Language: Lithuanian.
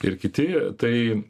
ir kiti tai